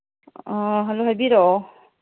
ꯑꯥ hello ꯍꯥꯏꯕꯤꯔꯛꯑꯣ